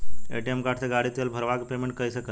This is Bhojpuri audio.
ए.टी.एम कार्ड से गाड़ी मे तेल भरवा के पेमेंट कैसे करेम?